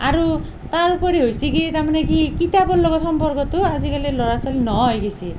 আৰু তাৰ উপৰি হৈছি কি তাৰমানে কি কিতাপৰ লগত সম্পৰ্কটো আজিকালি ল'ৰা ছোৱালী নোহোৱা হৈ গেছি